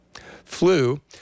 flu